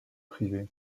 privé